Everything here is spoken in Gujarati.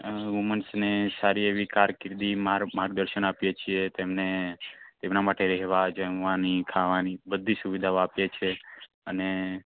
વુમન્સને સારી એવી કારકિર્દી માર માર્ગદર્શન આપીએ છીએ તેમને તેમનાં માટે રહેવા જમવાની ખાવાની બધી સુવિધાઓ આપીએ છીએ અને